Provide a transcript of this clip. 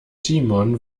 timon